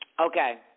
Okay